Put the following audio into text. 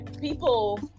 people